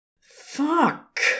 Fuck